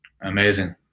amazing